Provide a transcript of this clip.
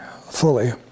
fully